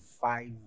five